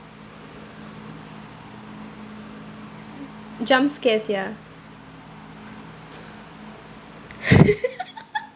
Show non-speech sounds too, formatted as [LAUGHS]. jump scares ya [LAUGHS]